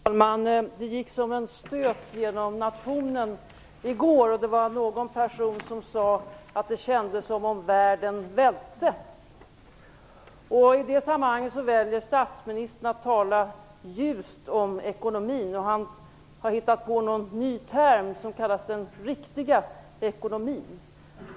Herr talman! Det gick som en stöt genom nationen i går, då någon person sade att det kändes som om världen välte. I det sammanhanget väljer statsministern att tala ljust om ekonomin. Han har hittat på någon ny term som kallas den riktiga ekonomin.